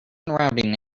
routing